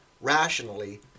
rationally